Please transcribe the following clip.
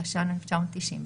התש"ן 1990,